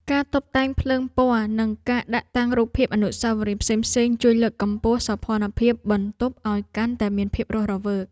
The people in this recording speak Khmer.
ការតុបតែងភ្លើងពណ៌និងការដាក់តាំងរូបភាពអនុស្សាវរីយ៍ផ្សេងៗជួយលើកកម្ពស់សោភ័ណភាពបន្ទប់ឱ្យកាន់តែមានភាពរស់រវើក។